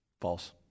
False